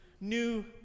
new